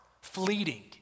fleeting